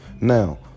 Now